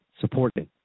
supporting